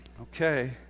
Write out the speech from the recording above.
Okay